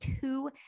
two